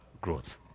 growth